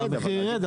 ירד,